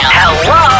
Hello